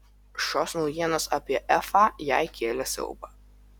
šios naujienos apie efą jai kėlė siaubą